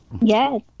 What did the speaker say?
Yes